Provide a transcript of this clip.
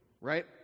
right